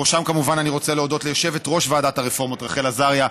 בראשם כמובן אני רוצה להודות ליושבת-ראש ועדת הרפורמות רחל עזריה,